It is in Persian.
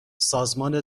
سازمان